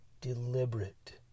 Deliberate